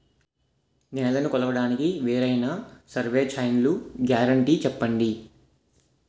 నేలనీ కొలవడానికి వేరైన సర్వే చైన్లు గ్యారంటీ చెప్పండి?